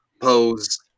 pose